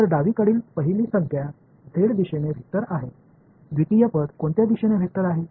तर डावीकडील पहिली संज्ञा झेड दिशेने वेक्टर आहे द्वितीय पद कोणत्या दिशेने वेक्टर आहे